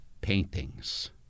paintings